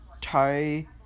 Thai